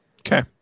Okay